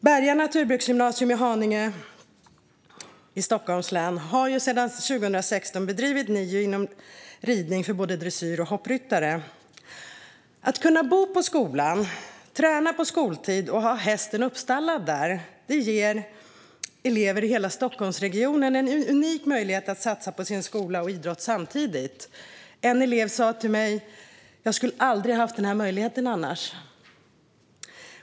Berga Naturbruksgymnasium i Haninge i Stockholms län har sedan 2016 bedrivit NIU inom ridning för både dressyr och hoppryttare. Att kunna bo på skolan, träna på skoltid och ha hästen uppstallad där ger elever i hela Stockholmsregionen en unik möjlighet att satsa på sin skola och sin idrott samtidigt. En elev sa till mig: Jag skulle aldrig haft den här möjligheten annars.